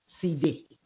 CD